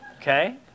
Okay